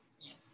Yes